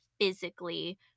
physically